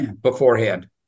beforehand